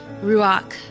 Ruach